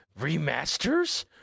remasters